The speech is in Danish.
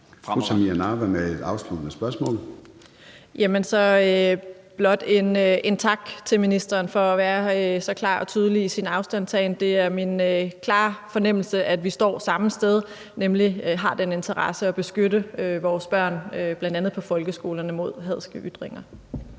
Samira Nawa (RV): Jamen så blot tak til ministeren for at være så klar og tydelig i sin afstandtagen. Det er min klare fornemmelse, at vi står samme sted, nemlig har den interesse at beskytte vores børn, bl.a. på folkeskolerne, mod hadske ytringer.